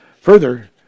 Further